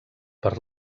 per